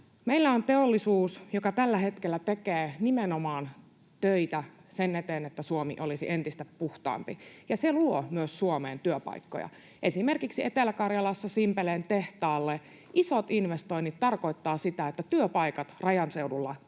Meillä on teollisuus, joka tällä hetkellä tekee töitä nimenomaan sen eteen, että Suomi olisi entistä puhtaampi, ja se luo myös Suomeen työpaikkoja, esimerkiksi Etelä-Karjalassa Simpeleen tehtaalle. Isot investoinnit tarkoittavat sitä, että työpaikat rajaseudulla säilyvät,